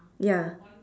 ya